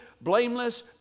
blameless